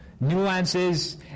nuances